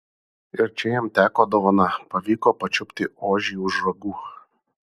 ir čia jam teko dovana pavyko pačiupti ožį už ragų